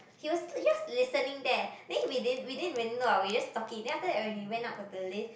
he was just listening there then we didn't we didn't even know we just talking then after that when we went out of the lift